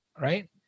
right